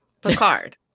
Picard